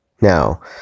Now